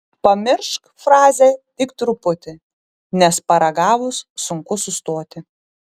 pamiršk frazę tik truputį nes paragavus sunku sustoti